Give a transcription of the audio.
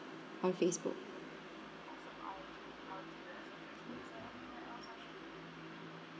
on Facebook